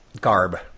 Garb